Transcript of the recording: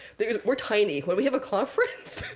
we're tiny. when we have a conference,